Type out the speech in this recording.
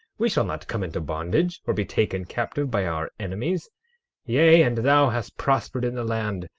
we shall not come into bondage, or be taken captive by our enemies yea, and thou hast prospered in the land,